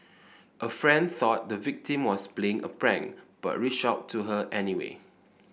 a friend thought the victim was playing a prank but reached out to her anyway